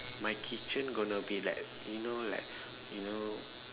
my kitchen going to be like you know like you know